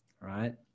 Right